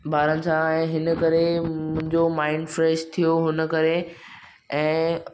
ॿारनि सां ऐं इनकरे मुंहिंजो माइंड फ़्रैश थियो इनकरे ऐं